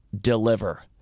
deliver